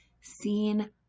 seen